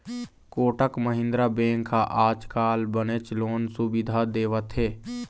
Kotak Mahindra bank ह आजकाल बनेच लोन सुबिधा देवत हे